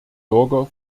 bürger